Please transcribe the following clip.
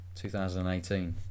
2018